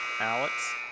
Alex